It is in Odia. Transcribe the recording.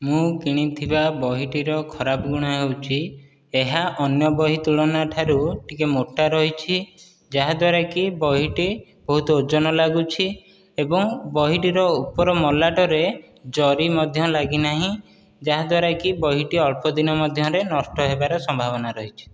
ମୁଁ କିଣିଥିବା ବହିଟିର ଖରାପ ଗୁଣ ହେଉଛି ଏହା ଅନ୍ୟ ବହି ତୁଳନାଠାରୁ ଟିକିଏ ମୋଟା ରହିଛି ଯାହା ଦ୍ବାରା କି ବହିଟି ବହୁତ ଓଜନ ଲାଗୁଛି ଏବଂ ବହିଟିର ଉପର ମଲାଟରେ ଜରି ମଧ୍ୟ ଲାଗିନାହିଁ ଯାହା ଦ୍ବାରା କି ବହିଟି ଅଳ୍ପ ଦିନ ମଧ୍ୟରେ ନଷ୍ଟ ହେବାର ସମ୍ଭାବନା ରହିଛି